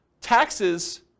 taxes